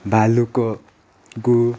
भालुको गुहु